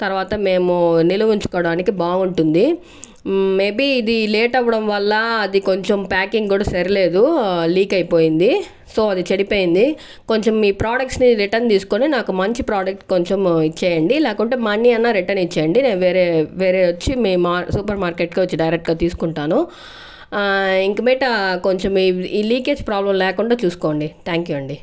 తర్వాత మేము నిలువ ఉంచుకోవడానికి బాగుంటుంది మేబి ఇది లేట్ అవ్వడం వల్ల అది కొంచం ప్యాకింగ్ కూడా సరిలేదు లీక్ అయిపోయింది సో అది చెడిపోయింది కొంచం మీ ప్రొడక్ట్స్ ని రిటర్న్ తీసుకొని నాకు మంచి ప్రొడక్ట్ కొంచెం ఇచ్చేయండి లేకుంటే మనీ అన్నా రిటర్న్ ఇచ్చేయండి నేను వేరే వేరే వచ్చి మెమ్ సూపర్ మార్కెట్ కే వచ్చి డైరెక్ట్ గా తీసుకుంటాను ఇంకా మీదట కొంచెం ఈ లీకేజ్ ప్రాబ్లమ్ లేకుండా చూసుకోండి థ్యాంక్ యూ అండి